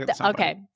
Okay